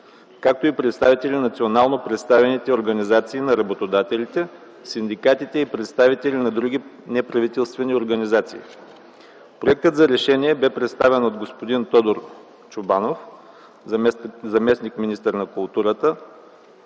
както и представители на национално представителните организации на работодателите, синдикатите и представители на други неправителствени организации. Проектът за решение бе представен от господин Тодор Чобанов, заместник-министър на културата,